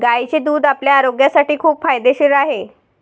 गायीचे दूध आपल्या आरोग्यासाठी खूप फायदेशीर आहे